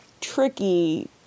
tricky